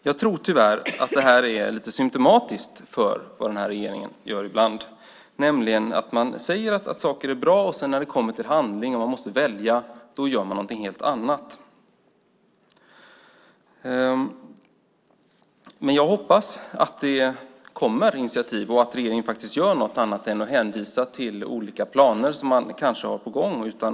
Jag tror tyvärr att detta är lite symtomatiskt för vad den här regeringen ibland gör - de säger att saker är bra, och när det sedan kommer till handling och man måste välja gör man något helt annat. Men jag hoppas att det kommer initiativ och att regeringen faktiskt gör något annat än att hänvisa till olika planer som kanske är på gång.